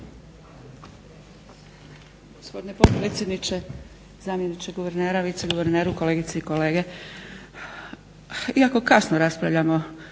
Hvala.